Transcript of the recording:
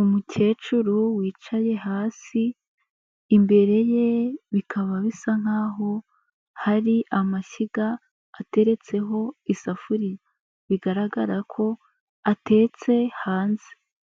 Umukecuru wicaye hasi, imbere ye bikaba bisa nk'aho hari amashyiga ateretseho isafuriya bigaragara ko atetse hanze,